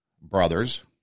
brothers